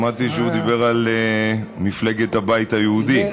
שמעתי שהוא דיבר על מפלגת הבית היהודי.